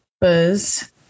Buzz